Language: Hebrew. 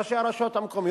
ראשי הרשויות המקומיות,